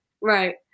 Right